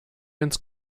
ins